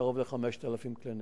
קרוב ל-5,000 כלי נשק.